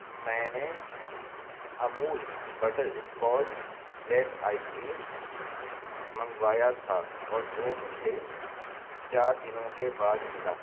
میں نے Amul butter scotch bliss ice cream منگوایا تھا اور وہ مجھے چار دنوں کے بعد ملا